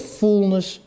fullness